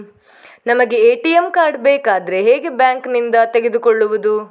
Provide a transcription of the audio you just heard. ನಮಗೆ ATM card ಬೇಕಾದ್ರೆ ಹೇಗೆ ಬ್ಯಾಂಕ್ ನಿಂದ ತೆಗೆದುಕೊಳ್ಳುವುದು?